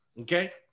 okay